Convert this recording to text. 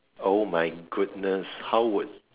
oh my goodness how would